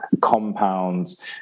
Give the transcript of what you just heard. compounds